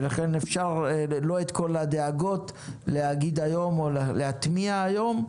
ולכן אפשר לא את כל הדאגות להגיד היום או להטמיע היום,